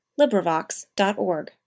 LibriVox.org